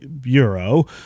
Bureau